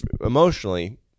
emotionally